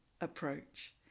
approach